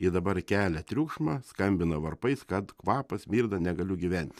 jie dabar kelia triukšmą skambina varpais kad kvapas smirda negaliu gyventi